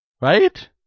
right